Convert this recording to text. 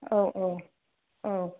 औ औ औ